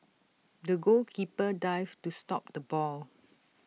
the goalkeeper dived to stop the ball